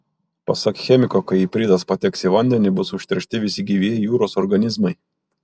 pasak chemiko kai ipritas pateks į vandenį bus užteršti visi gyvieji jūros organizmai